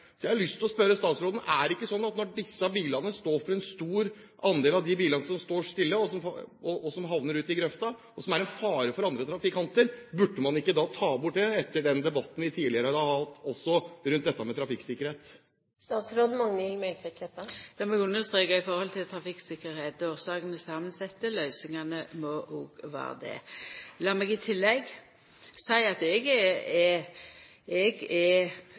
Så jeg har lyst til å spørre statsråden: Er det ikke sånn at når disse bilene står for en stor andel av de bilene som står stille, havner i grøfta og er en fare for andre trafikanter, burde man ikke ta bort det, etter den debatten vi har hatt tidligere i dag rundt trafikksikkerhet? Lat meg understreka at når det gjeld trafikktryggleik, er årsakene samansette. Løysingane må òg vera det. Lat meg i tillegg seia at eg er veldig lei meg for å svara feil til Stortinget. Eg trur ikkje at dei i Vegdirektoratet heller er